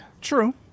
true